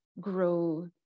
grow